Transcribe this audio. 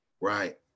right